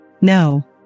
No